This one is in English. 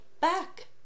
back